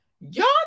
Y'all